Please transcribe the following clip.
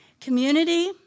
Community